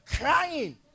crying